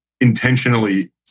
intentionally